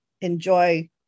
enjoy